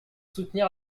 soutenir